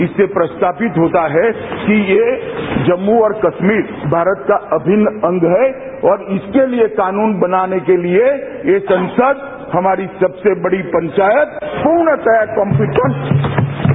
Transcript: इससे प्रस्तावित होता है कि यह जम्मू और कश्मीर भारत का अभिन्न अंग है और इसके लिए कानन बनाने के लिए यह संसद हमारी सबसे बडी पंचायत पूर्णतरू कॉम्पिटेंट है